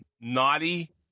Naughty